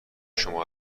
شما